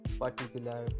particular